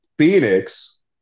Phoenix